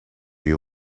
you